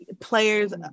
players